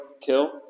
kill